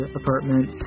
apartment